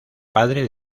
padre